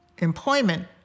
Employment